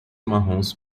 marrons